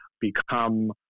become